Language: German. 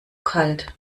kalt